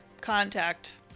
contact